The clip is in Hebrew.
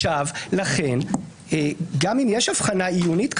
לכן גם אם יש הבחנה עיונית כזאת,